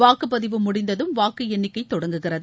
வாக்குப்பதிவு முடிந்ததும் வாக்கு எண்ணிக்கை தொடங்குகிறது